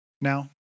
Now